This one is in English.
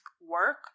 work